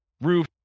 roof